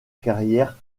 carrière